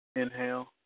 Inhale